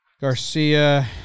Garcia